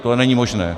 To není možné .